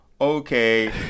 okay